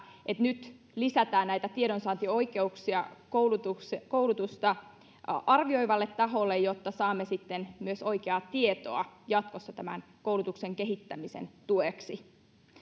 että nyt lisätään näitä tiedonsaantioikeuksia koulutusta arvioivalle taholle jotta saamme sitten myös oikeaa tietoa jatkossa tämän koulutuksen kehittämisen tueksi